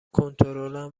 کنترلم